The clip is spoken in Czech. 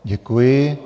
Děkuji.